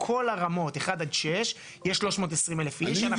כל הרמות של אחד עד שש, יש 320,000 איש.